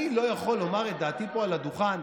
אני לא יכול לומר את דעתי פה על הדוכן,